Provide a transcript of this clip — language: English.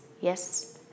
yes